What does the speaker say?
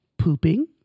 Pooping